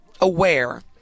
aware